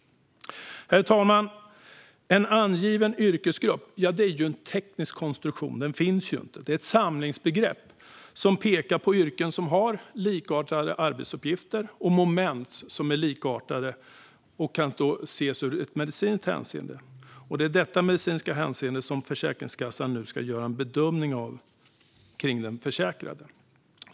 Herr talman! En angiven yrkesgrupp är ju en teknisk konstruktion; den finns ju inte. Detta är ett samlingsbegrepp för yrken med likartade arbetsuppgifter och med moment som är likartade i medicinskt hänseende. Det är ur detta medicinska perspektiv som Försäkringskassan nu ska göra en bedömning av den försäkrade.